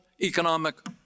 economic